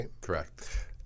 Correct